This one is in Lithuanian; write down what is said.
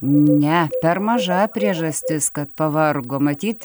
ne per maža priežastis kad pavargo matyt